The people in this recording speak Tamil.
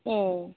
ம்